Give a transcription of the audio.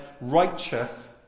righteous